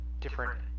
different